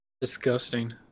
disgusting